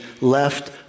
left